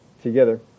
Together